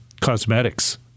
cosmetics